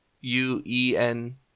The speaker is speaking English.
u-e-n